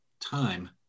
time